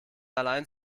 allein